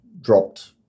dropped